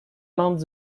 membre